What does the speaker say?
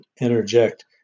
interject